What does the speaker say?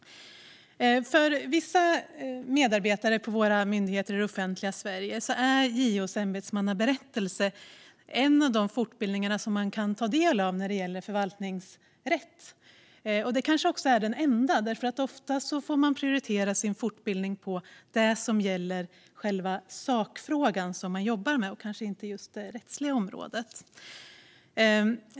För vissa medarbetare på våra myndigheter i det offentliga Sverige är JO:s ämbetsmannaberättelse en av de fortbildningar man kan ta del av när det gäller förvaltningsrätt. Det kanske också är den enda, för ofta får man prioritera fortbildningen till det som gäller själva sakfrågan som man jobbar med och kanske inte just det rättsliga området.